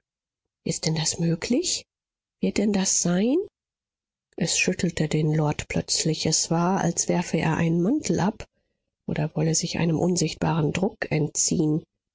ist denn das möglich wird denn das sein es schüttelte den lord plötzlich es war als werfe er einen mantel ab oder wolle sich einem unsichtbaren druck entziehen